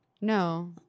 No